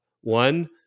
One